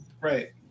right